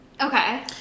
Okay